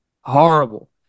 Horrible